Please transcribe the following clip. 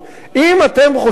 אם אתם חושבים,